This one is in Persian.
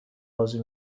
بازی